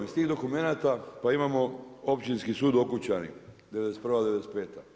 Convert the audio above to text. Iz tih dokumenata, pa imamo Općinski sud Okučani, '91.-'95.